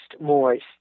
moist